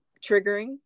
triggering